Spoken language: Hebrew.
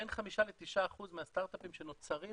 בין 5%-9% מהסטארט-אפים שנוצרים